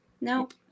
Nope